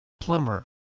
plumber